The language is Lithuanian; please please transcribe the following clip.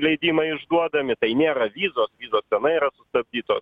leidimai išduodami tai nėra vizos vizos senai yra sustabdytos